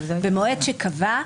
במועד שקבע,